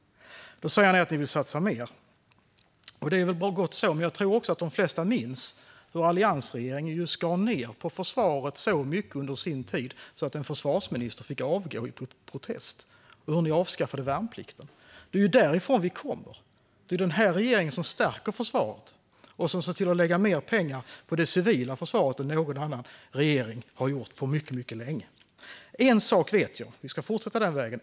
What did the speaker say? Ni säger att ni vill satsa mer. Det är gott så. Men jag tror att de flesta minns hur alliansregeringen skar ned så mycket på försvaret under sin regeringstid att en försvarsminister avgick i protest. Ni avskaffade dessutom värnplikten. Det är därifrån vi kommer. Den här regeringen stärker nu försvaret och ser till att lägga mer pengar på det civila försvaret än någon annan regering har gjort på mycket länge. Vi ska fortsätta på den vägen.